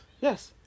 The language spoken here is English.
Yes